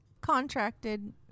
contracted